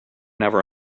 never